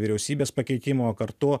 vyriausybės pakeitimo kartu